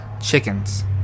chickens